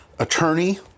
Attorney